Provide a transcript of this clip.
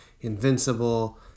Invincible